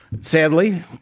Sadly